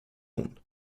hon